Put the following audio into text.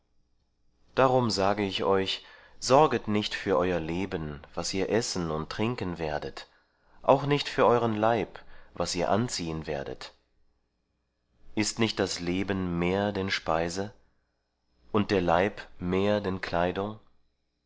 darum sage ich euch sorget nicht für euer leben was ihr essen und trinken werdet auch nicht für euren leib was ihr anziehen werdet ist nicht das leben mehr denn speise und der leib mehr denn die kleidung